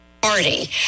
party